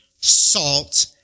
salt